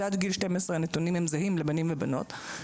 שעד גיל 12 הנתונים הם זהים לבנים ובנות,